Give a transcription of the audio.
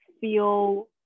feel